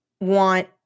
want